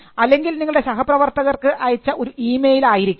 അല്ലെങ്കിൽ നിങ്ങളുടെ സഹപ്രവർത്തക് അയച്ച ഒരു ഇമെയിൽ ആയിരിക്കാം